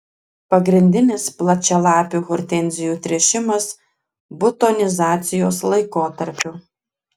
pagrindinis plačialapių hortenzijų tręšimas butonizacijos laikotarpiu